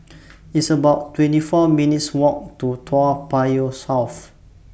It's about twenty four minutes' Walk to Toa Payoh South